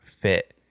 fit